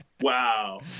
Wow